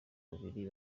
babiri